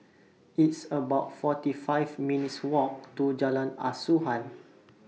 It's about forty five minutes' Walk to Jalan Asuhan